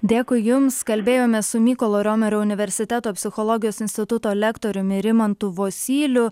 dėkui jums kalbėjomės su mykolo romerio universiteto psichologijos instituto lektoriumi rimantu vosyliu